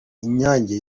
inyange